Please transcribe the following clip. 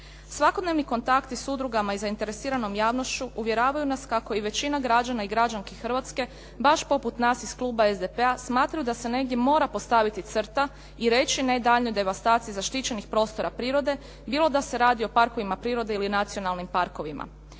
Svakodnevni kontakti s udrugama i zainteresiranom javnošću uvjeravaju nas kako i većina građana i građanski Hrvatske baš poput nas iz kluba SDP-a smatraju da se negdje mora postaviti crta i reći ne daljnjoj devastaciji zaštićenih prostora prirode bilo da se radi o parkovima prirode ili nacionalnim parkovima.